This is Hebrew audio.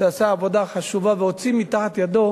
שעשה עבודה חשובה והוציא מתחת ידו